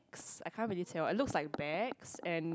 I can't really tell it looks like bags and